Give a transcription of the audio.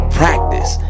practice